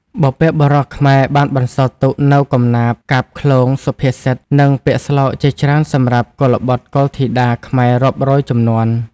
បុព្វបុរសខ្មែរបានបន្សល់ទុកនូវកំណាព្យ កាបឃ្លោង សុភាសិត និងពាក្យស្លោកជាច្រើនសម្រាប់កុលបុត្រកុលធីតាខ្មែររាប់រយជំនាន់។